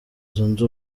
zunze